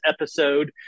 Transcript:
episode